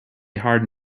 hard